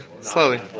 slowly